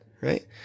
right